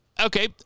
Okay